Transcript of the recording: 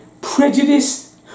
prejudice